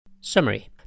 Summary